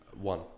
one